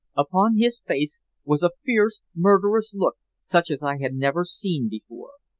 upon his face was a fierce, murderous look such as i had never seen before.